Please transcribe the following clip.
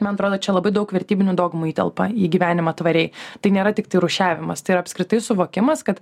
man atrodo čia labai daug vertybinių dogmų įtelpa į gyvenimą tvariai tai nėra tiktai rūšiavimas tai ir apskritai suvokimas kad